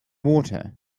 water